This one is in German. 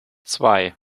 zwei